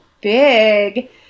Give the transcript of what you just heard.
big